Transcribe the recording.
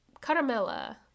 Caramella